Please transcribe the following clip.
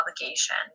obligation